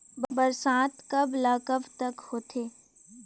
बरसात कब ल कब तक होथे?